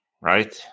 right